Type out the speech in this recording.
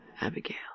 Abigail